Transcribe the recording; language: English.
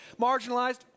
marginalized